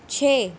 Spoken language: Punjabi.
ਛੇ